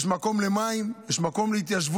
שיש מקום למים, שיש מקום